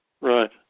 right